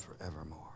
forevermore